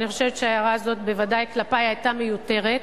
ואני חושבת שההערה הזאת בוודאי כלפי היתה מיותרת.